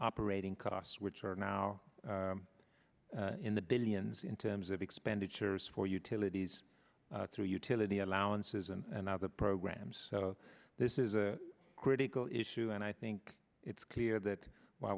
operating costs which are now in the billions in terms of expenditures for utilities through utility allowances and other programs so this is a critical issue and i think it's clear that wh